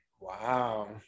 Wow